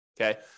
Okay